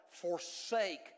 forsake